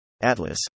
Atlas